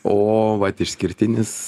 o vat išskirtinis